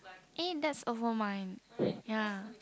eh that's over mine ya